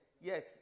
Yes